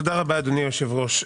תודה רבה, אדוני היושב-ראש.